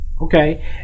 Okay